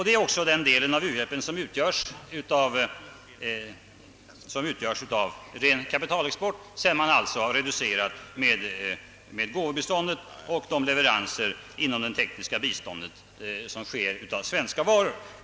Det är också den del av u-hjälpen som utgörs av ren kapitalexport sedan man reducerat med gåvobiståndet och de leveranser av svenska varor som sker inom det tekniska biståndet.